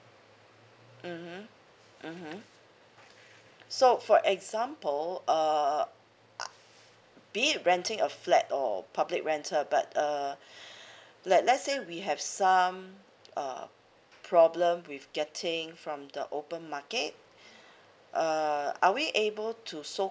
mmhmm mmhmm so for example err be it renting a flat or public rental but uh like let's say we have some uh problem with getting from the open market uh are we able to so